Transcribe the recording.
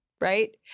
right